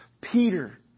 Peter